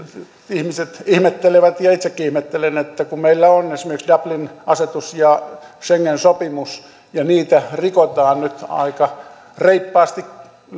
ihmiset ihmettelevät ja itsekin ihmettelen että kun meillä on esimerkiksi dublin asetus ja schengenin sopimus ja niitä rikotaan nyt aika reippaasti